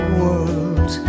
world